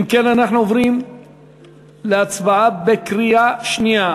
אם כן, אנחנו עוברים להצבעה בקריאה שנייה.